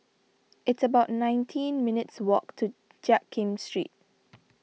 it's about nineteen minutes' walk to Jiak Kim Street